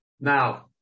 Now